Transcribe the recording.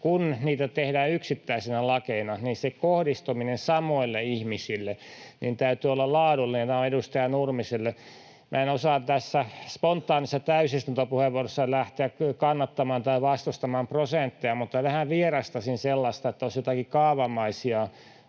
kun niitä tehdään yksittäisinä lakeina, niin sen kohdistumisen samoille ihmisille täytyy olla laadullista — nämä ovat edustaja Nurmiselle. Minä en osaa tässä spontaanissa täysistuntopuheenvuorossa lähteä kyllä kannattamaan tai vastustamaan prosentteja, mutta vähän vierastaisin sellaista, että olisi jotakin kaavamaisia